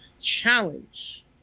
challenge